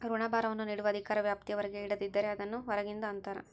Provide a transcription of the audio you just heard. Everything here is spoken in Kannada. ಋಣಭಾರವನ್ನು ನೀಡುವ ಅಧಿಕಾರ ವ್ಯಾಪ್ತಿಯ ಹೊರಗೆ ಹಿಡಿದಿದ್ದರೆ, ಅದನ್ನು ಹೊರಗಿಂದು ಅಂತರ